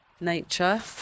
nature